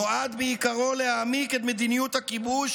נועד בעיקרו להעמיק את מדיניות הכיבוש